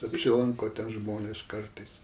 apsilanko ten žmonės kartais